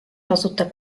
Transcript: tasuta